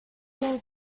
seen